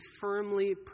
firmly